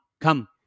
come